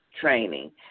training